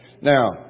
Now